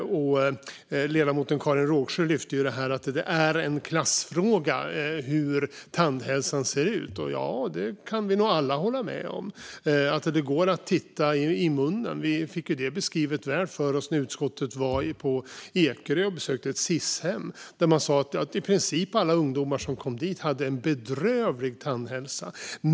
Ledamoten Karin Rågsjö lyfte fram att det är en klassfråga hur tandhälsan ser ut. Det kan vi nog alla hålla med om. Det går att titta i munnen. Vi fick det beskrivet väl för oss när utskottet var på Ekerö och besökte ett Sis-hem. I princip alla ungdomar som kom dit hade en bedrövlig tandhälsa.